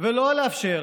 ולא לאפשר